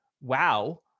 wow